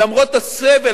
למרות הסבל,